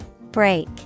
Break